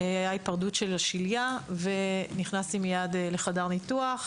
היתה היפרדות של השלייה ונכנסתי מיד לחדר ניתוח